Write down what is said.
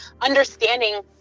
Understanding